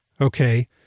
okay